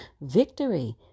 Victory